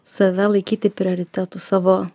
save laikyti prioritetu savo